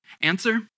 Answer